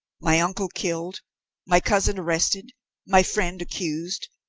my uncle killed my cousin arrested my friend accused.